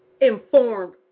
informed